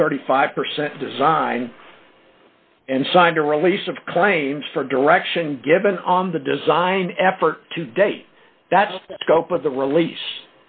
the thirty five percent design and signed a release of claims for direction given on the design effort to date that's scope of the release